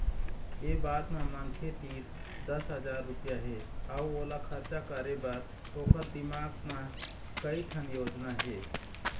ए बात म मनखे तीर दस हजार रूपिया हे अउ ओला खरचा करे बर ओखर दिमाक म कइ ठन योजना हे